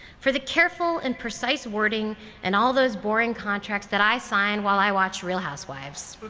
for the careful and precise wording and all those boring contracts that i sign while i watch real housewives.